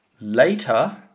Later